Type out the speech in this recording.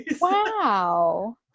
Wow